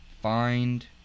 find